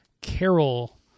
Carol